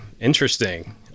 interesting